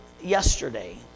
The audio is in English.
yesterday